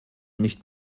nicht